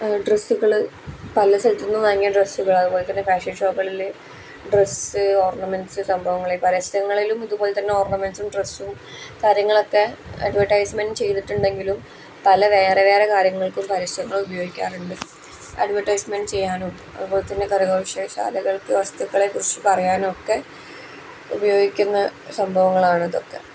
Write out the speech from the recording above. ഡ്രസ്സുകൾ പല സ്ഥലത്തുനിന്നും വാങ്ങിയ ഡ്രസ്സുകൾ അതുപോലെത്തന്നെ ഫാഷൻ ഷോകളിൽ ഡ്രസ്സ് ഓർണമെൻറ്സ് സംഭവങ്ങളെ പരസ്യങ്ങളിലും ഇതുപോലെത്തന്നെ ഓർണമെൻറ്സും ഡ്രസ്സും കാര്യങ്ങളൊക്കെ അഡ്വെർടൈസ്മെൻറ് ചെയ്തിട്ടുണ്ടെങ്കിലും പല വേറെ വേറെ കാര്യങ്ങൾക്കും പരസ്യങ്ങൾ ഉപയോഗിക്കാറുണ്ട് അഡ്വർടൈസ്മെൻറ് ചെയ്യാനും അതുപോലെത്തന്നെ കരകൗശലശാലകൾക്ക് വസ്തുക്കളെക്കുറിച്ച് പറയാനൊക്കെ ഉപയോഗിക്കുന്ന സംഭവങ്ങളാണ് ഇതൊക്കെ